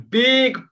big